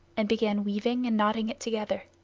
and began weaving and knotting it together.